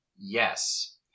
Yes